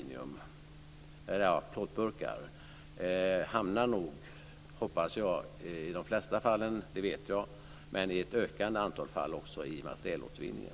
Plåtburkar hamnar - hoppas jag - i de flesta fallen i materialåtervinningen.